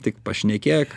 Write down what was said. tik pašnekėk